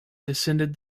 descended